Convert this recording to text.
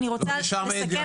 אני רוצה לסכם את הדיון.